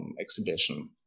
exhibition